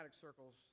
circles